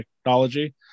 technology